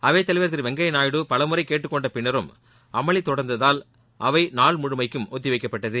அவைத் தலைவர் திரு வெங்கையா நாயுடு பலமுறை கேட்டுக் கொண்ட பின்னரும் அமளி தொடர்ந்ததால் அவை நாள் முழுமைக்கும் ஒத்திவைக்கப்பட்டது